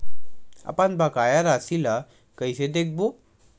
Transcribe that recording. अपन बकाया राशि ला कइसे देखबो?